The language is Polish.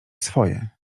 swoje